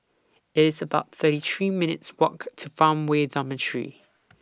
It's about thirty three minutes' Walk to Farmway Dormitory